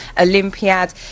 Olympiad